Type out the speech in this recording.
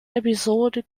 épisodes